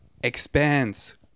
expands